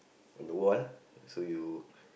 or the one so you